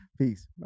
Peace